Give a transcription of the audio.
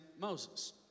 Moses